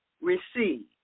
receive